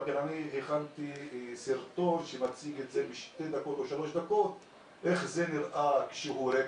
הכנתי סרטון שמציג איך הכביש נראה כשהוא ריק